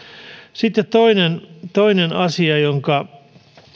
sitten toinen toinen asia jonka